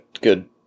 good